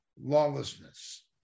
lawlessness